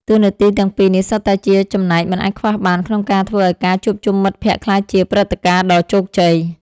តួនាទីទាំងពីរនេះសុទ្ធតែជាចំណែកមិនអាចខ្វះបានក្នុងការធ្វើឱ្យការជួបជុំមិត្តភក្តិក្លាយជាព្រឹត្តិការណ៍ដ៏ជោគជ័យ។